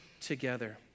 together